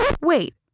Wait